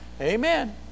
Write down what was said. Amen